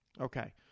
Okay